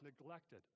neglected